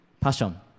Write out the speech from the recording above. passion